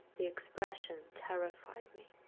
the expression terrified me.